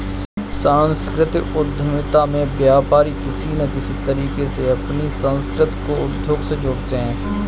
सांस्कृतिक उद्यमिता में व्यापारी किसी न किसी तरीके से अपनी संस्कृति को उद्योग से जोड़ते हैं